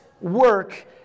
work